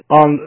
on